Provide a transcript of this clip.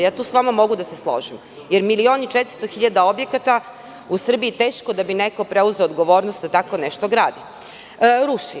Ja tu sa vama mogu da se složim, jer za milion i 400 hiljada objekata u Srbiji teško da bi neko preuzeo odgovornost da tako nešto ruši.